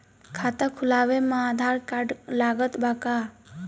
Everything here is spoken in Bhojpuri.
खाता खुलावे म आधार कार्ड लागत बा का?